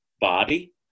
body